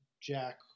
Jack